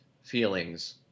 feelings